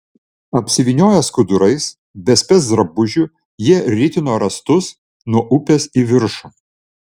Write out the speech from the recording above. apsivynioję skudurais be specdrabužių jie ritino rąstus nuo upės į viršų